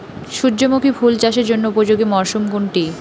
সূর্যমুখী ফুল চাষের জন্য উপযোগী মরসুম কোনটি?